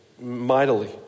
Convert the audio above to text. mightily